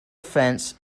fence